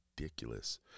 ridiculous